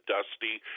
Dusty